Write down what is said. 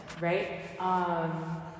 right